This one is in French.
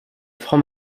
franc